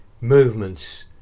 movements